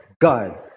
God